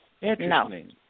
Interesting